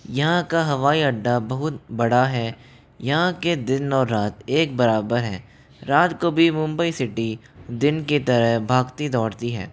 यहाँ का हवाई अड्डा बहुत बड़ा है यहाँ के दिन और रात एक बराबर हैं रात को भी मुंबई सीटी दिन की तरह भागती दौड़ती है